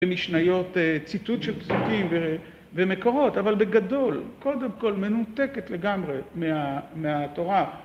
ומשניות ציטוט של פסוקים ומקורות, אבל בגדול קודם כל מנותקת לגמרי מהתורה.